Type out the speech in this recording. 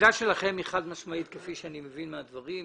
העמדה שלכם היא חד משמעית, כפי שאני מבין מהדברים,